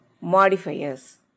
modifiers